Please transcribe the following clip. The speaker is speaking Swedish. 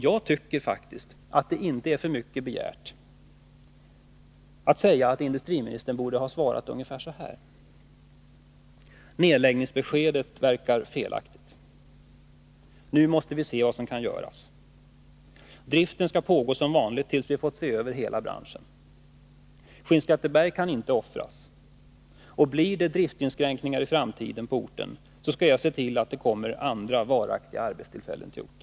Jag tycker faktiskt att det inte är att begära för mycket att säga att industriministern borde ha svarat ungefär så här: Nedläggningsbeskedet verkar felaktigt. Nu måste vi se vad som kan göras. Driften skall fortgå som vanligt, tills vi har fått se över hela branschen. Skinnskatteberg kan inte offras. Blir det driftsinskränkningar på orten i framtiden, skall jag se till att det kommer andra, varaktiga arbetstillfällen till orten.